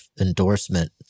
endorsement